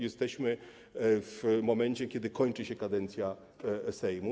Jesteśmy w momencie, kiedy kończy się kadencja Sejmu.